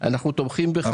אנחנו תומכים בך.